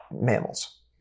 mammals